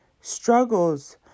struggles